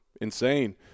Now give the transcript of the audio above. insane